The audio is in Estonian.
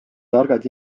targad